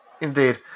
Indeed